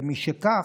משכך,